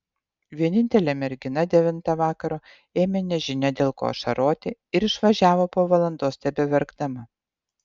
vienintelė mergina devintą vakaro ėmė nežinia dėl ko ašaroti ir išvažiavo po valandos tebeverkdama